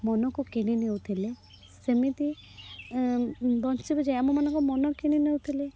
ମନକୁ କିଣିନେଉଥିଲେ ସେମିତି ବଂଶୀ ବଜାଇ ଆମମାନଙ୍କ ମନ କିଣି ନେଉଥିଲେ